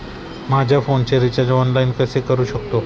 माझ्या फोनचे recharge online कसे करू शकतो?